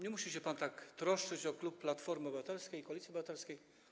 Nie musi się pan tak troszczyć o klub Platformy Obywatelskiej - Koalicji Obywatelskiej.